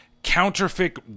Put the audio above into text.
counterfeit